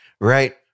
right